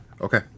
Okay